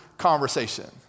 conversation